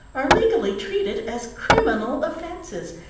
are legally treated as criminal offenses,